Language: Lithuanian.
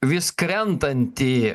vis krentantį